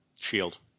Shield